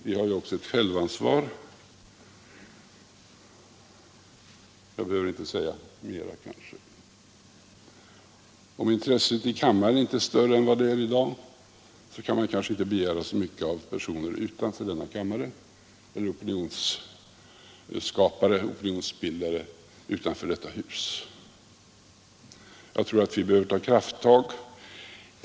Vi har också ett självansvar, jag behöver kanske inte säga mer. Om intresset i kammaren inte är större än det visar sig i dag kan man inte begära så mycket av personer och opinionsbildare utanför detta hus. Jag tror att vi behöver ta krafttag.